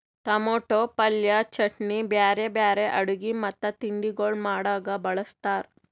tomato ಪಲ್ಯ, ಚಟ್ನಿ, ಬ್ಯಾರೆ ಬ್ಯಾರೆ ಅಡುಗಿ ಮತ್ತ ತಿಂಡಿಗೊಳ್ ಮಾಡಾಗ್ ಬಳ್ಸತಾರ್